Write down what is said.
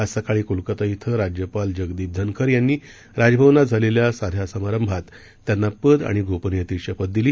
आज सकाळी कोलकत्ता इथं राज्यपाल जगदीप धनखर यांनी राजभवनात झालेल्या साध्या समारंभात त्यांना पद आणि गोपनियतेची शपथ दिली